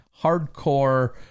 hardcore